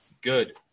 good